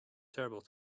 terrible